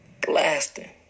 Blasting